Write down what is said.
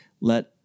let